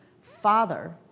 father